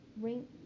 ring